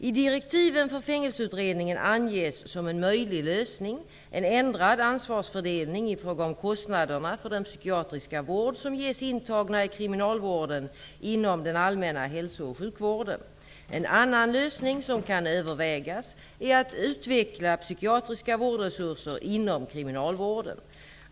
I direktiven för Fängelseutredningen anges som en möjlig lösning en ändrad ansvarsfördelning i fråga om kostnaderna för den psykiatriska vård som ges intagna i kriminalvården inom den allmänna hälsooch sjukvården. En annan lösning som kan övervägas är att utveckla psykiatriska vårdresurser inom kriminalvården.